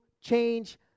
change